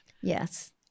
Yes